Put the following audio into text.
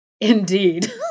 indeed